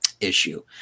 issue